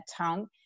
tongue